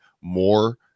more